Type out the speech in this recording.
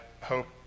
hope